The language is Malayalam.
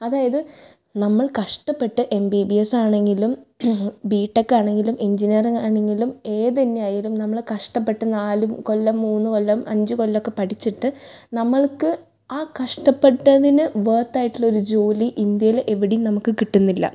അതായത് നമ്മൾ കഷ്ടപ്പെട്ട് എം ബി ബി എസ്സാണെങ്കിലും ബി ടെക്കാണെങ്കിലും എഞ്ചിനിയറിങ്ങ് ആണെങ്കിലും ഏത് തന്നെയാണെങ്കിലും നമ്മള് കഷ്ടപ്പെട്ട് നാല് കൊല്ലം മൂന്ന് കൊല്ലം അഞ്ച് കൊല്ലമൊക്കെ പഠിച്ചിട്ട് നമ്മൾക്ക് ആ കഷ്ട്ടപെട്ടതിന് വർത്ത് ആയിട്ടുള്ളൊരു ജോലി ഇന്ത്യയിലെവിടേയും നമുക്ക് കിട്ടുന്നില്ല